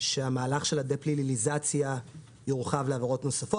שהמהלך של הדה-פליליזציה יורחב לעבירות נוספות.